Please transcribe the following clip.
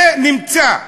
זה נמצא.